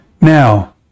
Now